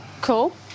Cool